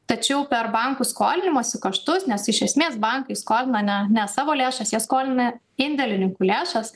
tačiau per bankų skolinimosi kaštus nes iš esmės bankai skolina ne ne savo lėšas jie skolina indėlininkų lėšas